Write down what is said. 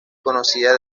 conocida